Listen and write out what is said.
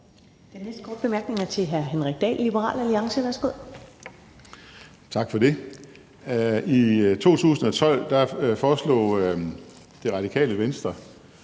Den næste korte bemærkning er til hr. Henrik Dahl, Liberal Alliance. Værsgo. Kl. 19:15 Henrik Dahl (LA): Tak for det. I 2012 foreslog Det Radikale Venstre,